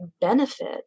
benefit